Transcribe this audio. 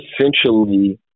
essentially